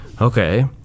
okay